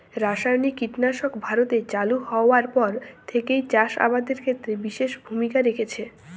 রাসায়নিক কীটনাশক ভারতে চালু হওয়ার পর থেকেই চাষ আবাদের ক্ষেত্রে বিশেষ ভূমিকা রেখেছে